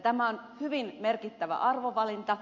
tämä on hyvin merkittävä arvovalinta